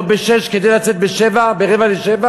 לא ב-06:00 כדי לצאת ב-07:00, 06:45?